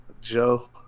Joe